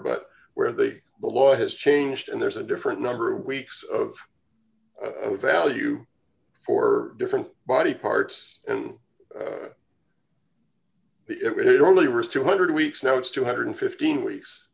but where they the law has changed and there's a different number of weeks of value for different body parts and the if it only were two hundred weeks now it's two hundred and fifteen weeks